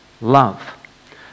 love